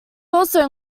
also